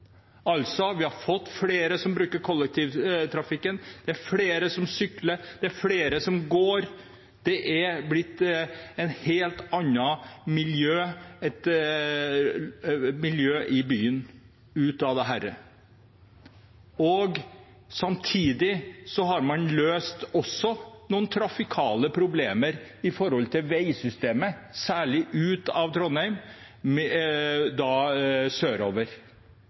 Altså: Vi har fått flere som bruker kollektivtrafikken, det er flere som sykler, og det er flere som går. Det er blitt et helt annet miljø i byen av dette. Samtidig har man også løst noen trafikale problemer med veisystemet, særlig ut av Trondheim,